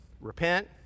repent